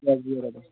اَدٕ حظ بِہِو رۄبَس